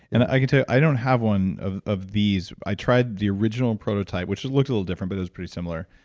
and i can tell you, i don't have one of of these. i tried the original and prototype, which looked a little different, but it was pretty similar.